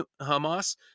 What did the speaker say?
Hamas